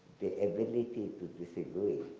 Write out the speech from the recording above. the ability to disagree,